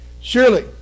Surely